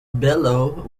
bellow